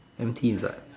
M T is what